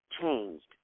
changed